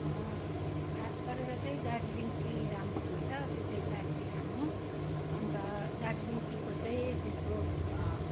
खास गरेर चाहिँ दार्जिलिङ टी राम्रो हुन्छ त्यो चाहिँ ब्ल्याक टी खानु अन्त दार्जिलिङ टी को चाहिँ त्यसको